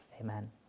Amen